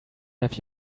have